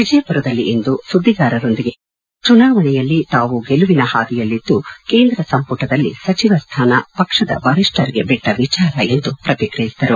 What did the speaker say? ವಿಜಯಪುರದಲ್ಲಿಂದು ಸುದ್ವಿಗಾರರೊಂದಿಗೆ ಮಾತನಾಡಿದ ಅವರು ಚುನಾವಣೆಯಲ್ಲಿ ತಾವು ಗೆಲುವಿನ ಹಾದಿಯಲ್ಲಿದ್ದು ಕೇಂದ್ರ ಸಂಪುಟದಲ್ಲಿ ಸಚಿವ ಸ್ಥಾನ ಪಕ್ಷದ ವರಿಷ್ಠರಿಗೆ ಬಿಟ್ಟ ವಿಚಾರ ಎಂದು ಪ್ರತಿಕ್ರಿಯಿಸಿದರು